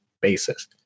basis